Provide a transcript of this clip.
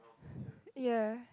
yeah